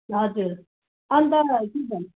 हजुर अन्त के भन्छ